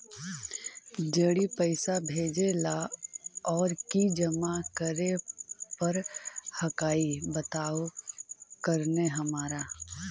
जड़ी पैसा भेजे ला और की जमा करे पर हक्काई बताहु करने हमारा?